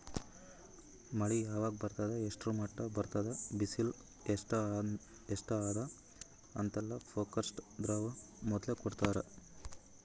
ಮಳಿ ಯಾವಾಗ್ ಬರ್ತದ್ ಎಷ್ಟ್ರ್ ಮಟ್ಟ್ ಬರ್ತದ್ ಬಿಸಿಲ್ ಎಸ್ಟ್ ಅದಾ ಅಂತೆಲ್ಲಾ ಫೋರ್ಕಾಸ್ಟ್ ದವ್ರು ಮೊದ್ಲೇ ಕೊಡ್ತಾರ್